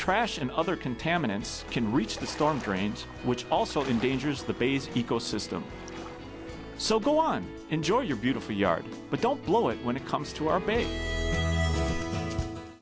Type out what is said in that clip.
trash and other contaminants can reach the storm drains which also in danger's the bays ecosystem so go on enjoy your beautiful yard but don't blow it when it comes to our